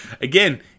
again